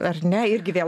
ar ne irgi vėl